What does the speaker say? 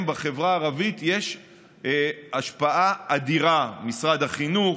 בחברה הערבית יש השפעה אדירה: משרד החינוך,